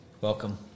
Welcome